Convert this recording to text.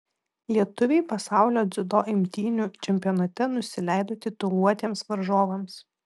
lietuviai pasaulio dziudo imtynių čempionate nusileido tituluotiems varžovams